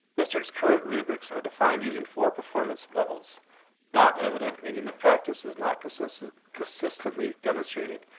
district's current rubrics are defined using four performance levels not evident, meaning the practice is not consistently consistently demonstrated,